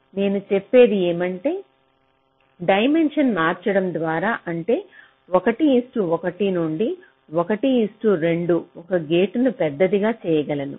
కాబట్టి నేను చెప్పేది ఏమంటే డైమెన్షన్ మార్చడం ద్వారా అంటే 11 నుండి 12 ఒక గేటును పెద్దదిగా చేయగలను